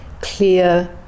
clear